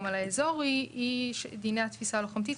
על האזור היא דיני התפיסה הלוחמתית,